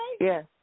Yes